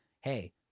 hey